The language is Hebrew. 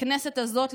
בכנסת הזאת,